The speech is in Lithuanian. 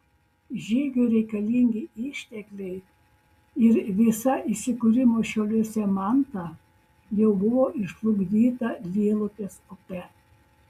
žygiui reikalingi ištekliai ir visa įsikūrimo šiauliuose manta jau buvo išplukdyta lielupės upe